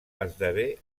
esdevé